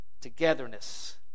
togetherness